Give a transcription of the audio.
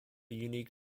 unique